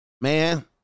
Man